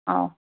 ꯑꯧ